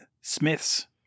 Smith's